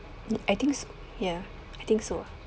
mm I think ya I think so uh